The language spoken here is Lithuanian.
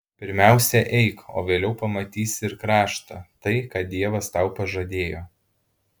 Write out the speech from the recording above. pirmiausia eik o vėliau pamatysi ir kraštą tai ką dievas tau pažadėjo